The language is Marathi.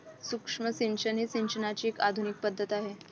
सूक्ष्म सिंचन ही सिंचनाची एक आधुनिक पद्धत आहे